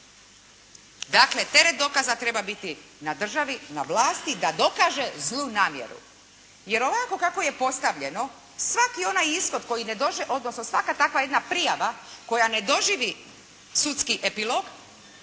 Dakle, teret dokaza treba biti na državi, na vlasti da dokaže zlu namjeru. Jer ovako kako je postavljeno svaki onaj ispod koji ne, odnosno svaka takva jedna prijava koja ne doživi sudski epilog